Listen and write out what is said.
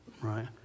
right